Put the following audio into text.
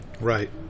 Right